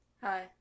Hi